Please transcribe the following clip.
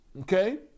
okay